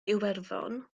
iwerddon